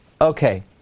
Okay